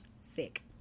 Sick